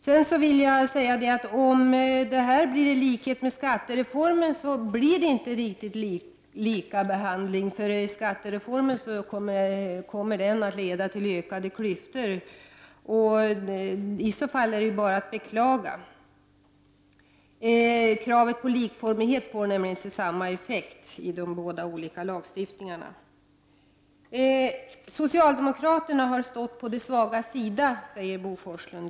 Om detta blir i likhet med skattereformen kommer det inte att ske en likabehandling. Skattereformen kommer nämligen att leda till ökade klyftor. I så fall är det bara att beklaga. Kravet på likformighet får nämligen inte samma effekt i de båda olika lagstiftningarna. Socialdemokraterna har stått på de svagas sida, sade Bo Forslund.